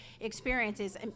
experiences